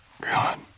God